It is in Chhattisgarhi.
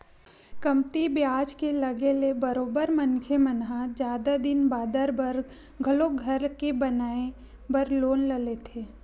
कमती बियाज के लगे ले बरोबर मनखे मन ह जादा दिन बादर बर घलो घर के बनाए बर लोन ल लेथे